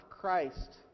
Christ